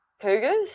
Cougars